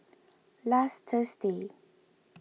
last Thursday